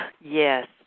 Yes